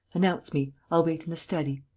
announce me. i'll wait in the study.